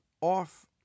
off